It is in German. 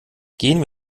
gehen